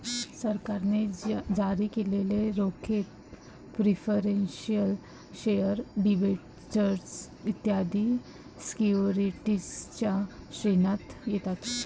सरकारने जारी केलेले रोखे प्रिफरेंशियल शेअर डिबेंचर्स इत्यादी सिक्युरिटीजच्या श्रेणीत येतात